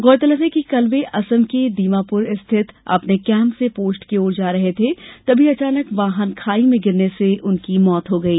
गौरतलब है कि कल वे असम के दीमापुर स्थित अपने कैंप से पोस्ट की ओर जा रहे थे तभी अचानक खाई में गिरने से मौत हो गई